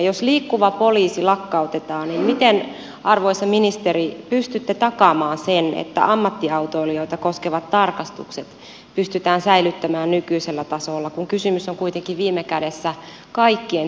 jos liikkuva poliisi lakkautetaan niin miten arvoisa ministeri pystytte takaamaan sen että ammattiautoilijoita koskevat tarkastukset pystytään säilyttämään nykyisellä tasolla kun kysymys on kuitenkin viime kädessä kaikkien tielläliikkujien turvallisuudesta